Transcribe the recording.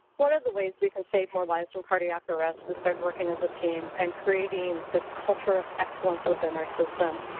one of the ways we can save more lives from cardiac arrest is by working as a team and creating this culture of excellence within our system.